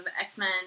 X-Men